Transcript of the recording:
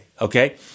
Okay